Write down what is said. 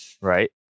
right